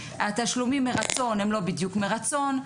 התשלומים מרצון הם לא בדיוק מרצון.